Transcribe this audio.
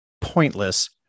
pointless